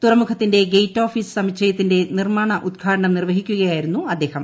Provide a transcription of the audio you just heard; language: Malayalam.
തുറമുഖത്തിന്റെ ഗേറ്റ് ഓഫീസ് സമുച്ചയത്തിന്റെ നിർമ്മാണോദ്ഘാടനം നിർവഹിക്കുകയായിരുന്നു അദ്ദേഹം